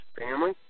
family